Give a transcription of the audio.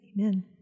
amen